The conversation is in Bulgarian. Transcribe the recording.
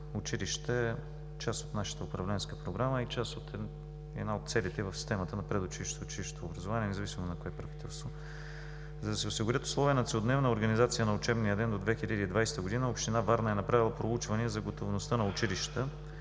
училище е част от нашата управленска програма и част от една от целите в системата на предучилищното и училищно образование, независимо на кое правителство. За да се осигурят условия на целодневна организация на учебния ден до 2020 г., Община Варна е направила проучване за готовността на училищата.